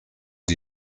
die